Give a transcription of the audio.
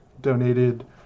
donated